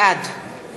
בעד